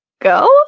go